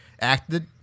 acted